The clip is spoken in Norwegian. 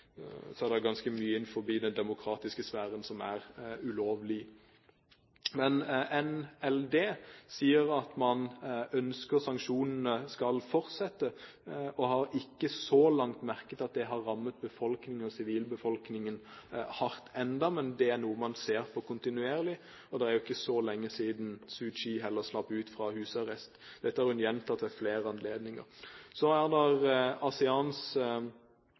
ulovlig. NLD sier at man ønsker at sanksjonene skal fortsette. Man har så langt ikke merket at det har rammet sivilbefolkningen hardt, men det er noe man ser på kontinuerlig, og det er jo heller ikke så lenge siden Suu Kyi slapp ut fra husarresten. Dette har hun gjentatt ved flere anledninger. Så er